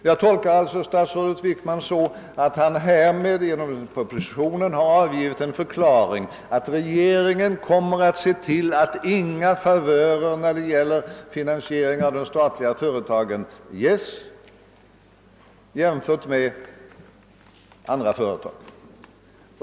Jag tolkar statsrådet Wickman så, att han genom propositionen har avgivit en förklaring att regeringen kommer att se till att inga favörer lämnas i fråga om finansiering av de statliga företagen jämfört med andra företag.